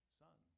son